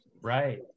Right